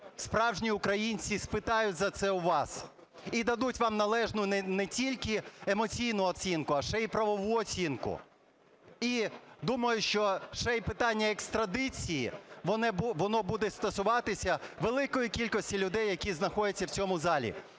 справжні українці спитають за це у вас і дадуть вам належну не тільки емоційну оцінку, а ще і правову оцінку. І думаю, що ще і питання екстрадиції, воно буде стосуватися великої кількості людей, які знаходяться в цьому залі.